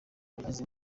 abagize